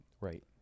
right